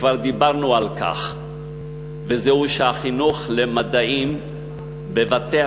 וכבר דיברנו על כך שהחינוך למדעים בבתי-הספר